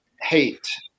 hate